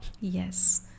Yes